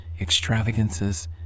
extravagances